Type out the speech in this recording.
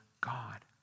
God